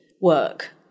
work